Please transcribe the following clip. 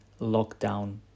lockdown